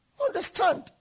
Understand